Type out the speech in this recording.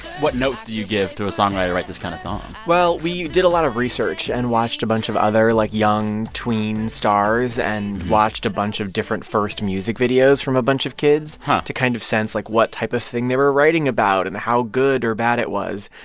what notes do you give to a songwriter to write this kind of song? well, we did a lot of research and watched a bunch of other, like, young tween stars and watched a bunch of different first music videos from a bunch of kids to kind of sense, like, what type of thing they were writing about and how good or bad it was.